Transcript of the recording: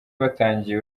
batangiye